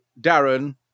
Darren